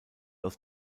aus